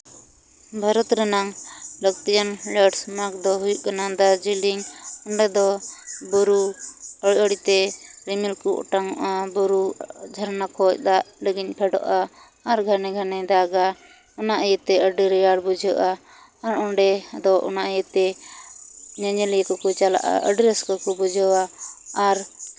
ᱵᱷᱟᱨᱚᱛ ᱨᱮᱱᱟᱝ ᱞᱟᱹᱠᱛᱤᱭᱟᱱ lands mark ᱫᱚ ᱦᱩᱭᱩᱜ ᱠᱟᱱᱟ ᱫᱟᱨᱡᱤᱞᱤᱝ ᱚᱱᱟ ᱫᱚ ᱵᱩᱨᱩ ᱟᱲᱮ ᱟᱲᱮ ᱛᱮ ᱨᱤᱢᱤᱞ ᱠᱚ ᱚᱴᱟᱝᱚᱜᱼᱟ ᱵᱩᱨᱩ ᱡᱷᱟᱨᱟ ᱠᱷᱚᱱ ᱫᱟᱜ ᱞᱤᱸᱜᱤᱱ ᱯᱷᱮᱰᱚᱜᱼᱟ ᱟᱨ ᱜᱷᱟᱱᱮ ᱜᱷᱟᱱᱮ ᱫᱟᱜᱟ ᱚᱱᱟ ᱤᱭᱟᱹ ᱛᱮ ᱟᱹᱰᱤ ᱨᱮᱭᱟᱲ ᱵᱩᱡᱷᱟᱹᱜᱼᱟ ᱟᱨ ᱚᱸᱰᱮ ᱫᱚ ᱚᱱᱟ ᱤᱭᱟᱹ ᱛᱮ ᱧᱮᱧᱮᱞᱤᱭᱟᱹ ᱠᱚᱠᱚ ᱪᱟᱞᱟᱜᱼᱟ ᱟᱹᱰᱤ ᱨᱟᱹᱥᱠᱟᱹ ᱠᱚ ᱵᱩᱡᱷᱟᱹᱣᱟ ᱟᱨ